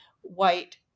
white